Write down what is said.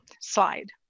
Slide